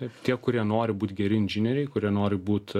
taip tie kurie nori būt geri inžinieriai kurie nori būt